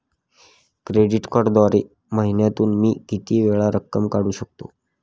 Credit कार्डद्वारे महिन्यातून मी किती वेळा रक्कम काढू शकतो?